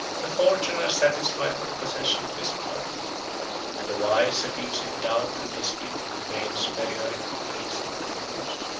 the fortunate are satisfied with the possession of this world and the wise abuse in doubt and dispute their vain superiority of reason and knowledge.